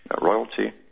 royalty